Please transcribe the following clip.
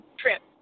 trip